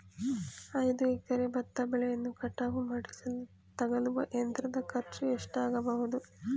ಐದು ಎಕರೆ ಭತ್ತ ಬೆಳೆಯನ್ನು ಕಟಾವು ಮಾಡಿಸಲು ತಗಲುವ ಯಂತ್ರದ ಖರ್ಚು ಎಷ್ಟಾಗಬಹುದು?